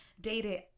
dated